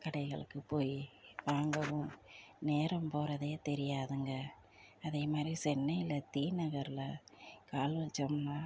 கடைகளுக்கு போய் வாங்கவும் நேரம் போகிறதே தெரியாதுங்க அதே மாதிரி சென்னையில் டிநகரில் கால் வைச்சோம்னா